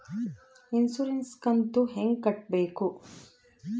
Insurance ಕಂತು ಹೆಂಗ ಕಟ್ಟಬೇಕು?